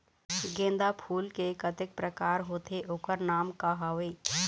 गेंदा फूल के कतेक प्रकार होथे ओकर नाम का हवे?